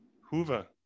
Hoover